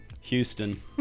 Houston